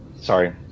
Sorry